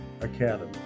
Academy